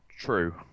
true